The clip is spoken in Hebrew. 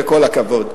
וכל הכבוד.